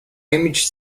image